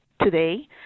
Today